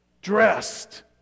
dressed